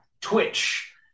twitch